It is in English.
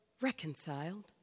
reconciled